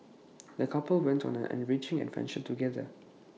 the couple went on an enriching adventure together